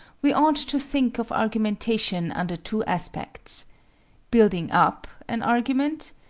we ought to think of argumentation under two aspects building up an argument,